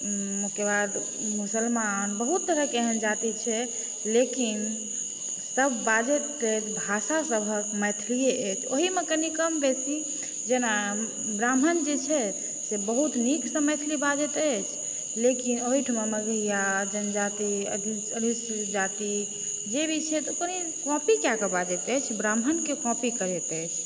ओहिके बाद मुसलमान बहुत तरहके एहन जाति छै लेकिन सभ बाजैत अछि भाषा सभक मैथिलीए अछि ओहिमे कनि कम बेसी जेना ब्राह्मण जे छै से बहुत नीकसॅं मैथिली बाजैत अछि लेकिन ओहिठमा मगहैयाँ जनजाति अधिसूचित जाति जे भी छै तऽ ओ कनि कॉपी कए कऽ बाजैत अछि ब्राह्मणके कॉपी करैत अछि